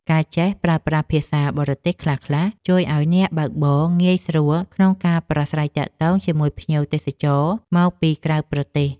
ការចេះប្រើប្រាស់ភាសាបរទេសខ្លះៗជួយឱ្យអ្នកបើកបរងាយស្រួលក្នុងការប្រាស្រ័យទាក់ទងជាមួយភ្ញៀវទេសចរមកពីក្រៅប្រទេស។